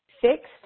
fixed